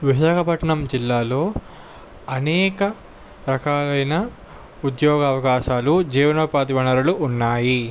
విశాఖపట్నం జిల్లాలో అనేక రకాలైన ఉద్యోగ అవకాశాలు జీవనోపాధి వనరులు ఉన్నాయి